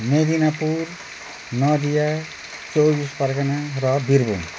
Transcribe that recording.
मेदिनापुर नदिया चौबिस परगना र वीरभूम